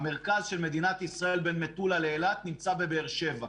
המרכז של מדינת ישראל בין מטולה לאילת נמצא בבאר שבע.